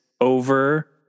over